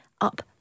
up